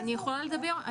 נעמי, אני יכולה לדבר?